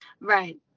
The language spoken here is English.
right